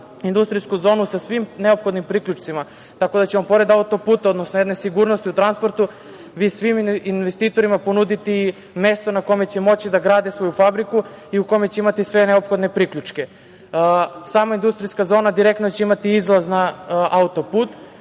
industrijsku zonu sa svim neophodnim priključcima, tako da ćemo pored autoputa, jedne sigurnosti u transportu, svim investitorima ponuditi mesto na kome će moći da grade svoju fabriku i gde će imati sve neophodne priključke. Sama industrijska zona će imati izlaz na autoput.